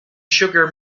sugar